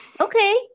Okay